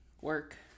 work